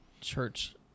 church